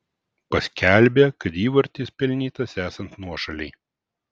paskelbė kad įvartis pelnytas esant nuošalei